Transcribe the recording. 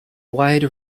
wide